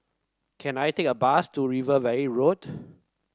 can I take a bus to River Valley Road